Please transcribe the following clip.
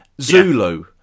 zulu